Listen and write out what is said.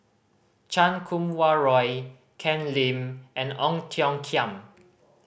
Chan Kum Wah Roy Ken Lim and Ong Tiong Khiam